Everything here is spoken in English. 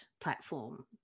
platform